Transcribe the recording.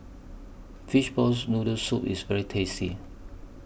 Fishball's Noodle Soup IS very tasty